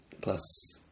Plus